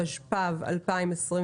התשפ"ב-2021.